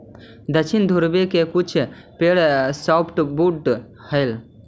दक्षिणी ध्रुव के कुछ पेड़ सॉफ्टवुड हइ